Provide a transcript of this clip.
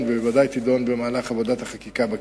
ובוודאי תידון במהלך עבודת החקיקה בכנסת.